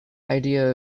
idea